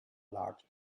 large